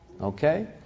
Okay